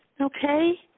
Okay